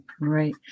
Right